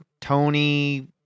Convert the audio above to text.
Tony